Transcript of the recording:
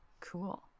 Cool